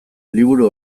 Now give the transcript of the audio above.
liburu